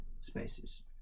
spaces